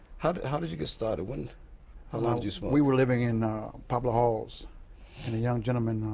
how did how did you get started? when um um did you smoke? we were living in poplar halls and a young gentleman,